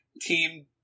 Team